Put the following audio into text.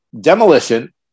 Demolition